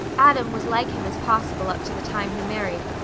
adam was like him as possible up to the time he married,